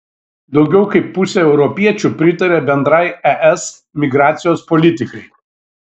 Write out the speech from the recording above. daugiau kaip pusė europiečių pritaria bendrai es migracijos politikai